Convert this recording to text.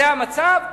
זה המצב,